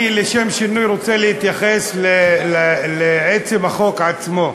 לשם שינוי, אני רוצה להתייחס לעצם החוק עצמו.